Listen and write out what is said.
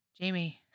Jamie